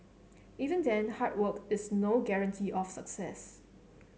even then hard work is no guarantee of success